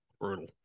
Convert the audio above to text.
brutal